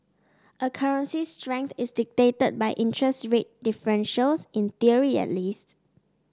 a currency's strength is dictated by interest rate differentials in theory at least